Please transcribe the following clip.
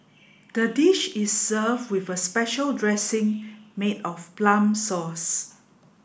the dish is served with a special dressing made of plum sauce